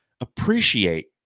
appreciate